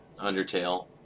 Undertale